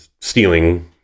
stealing